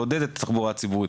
לעודד את התחבורה הציבורית,